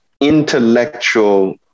intellectual